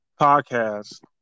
podcast